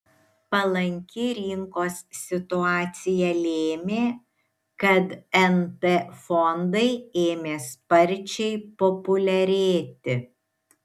palanki rinkos situacija lėmė kad nt fondai ėmė sparčiai populiarėti